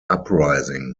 uprising